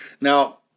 Now